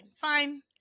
fine